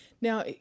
Now